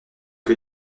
que